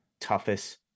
toughest